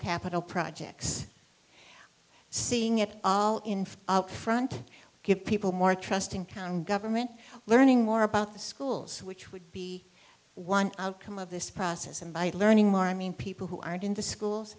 capital projects seeing it all in front give people more trusting town government learning more about the schools which would be one outcome of this process and by learning more i mean people who aren't in the schools